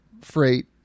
freight